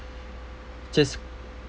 just